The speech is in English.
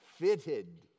fitted